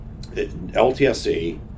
LTSC